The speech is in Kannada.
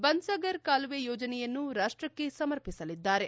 ಬನ್ಲಾಗರ್ ಕಾಲುವೆ ಯೋಜನೆಯನ್ನು ರಾಷ್ಟಕ್ಕೆ ಸಮರ್ಪಿಸಲಿದ್ದಾರೆ